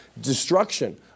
destruction